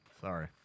Sorry